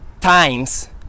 times